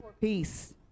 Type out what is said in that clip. peace